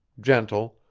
gentle,